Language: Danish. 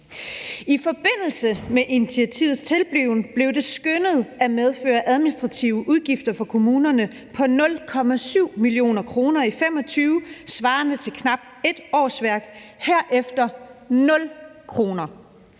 I forbindelse med initiativets tilblivelse blev det skønnet, at det ville medføre administrative udgifter for kommunerne på 0,7 mio. kr. i 2025 svarende til knap et årsværk og herefter 0 kr.